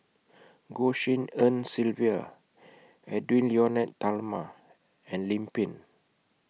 Goh Tshin En Sylvia Edwy Lyonet Talma and Lim Pin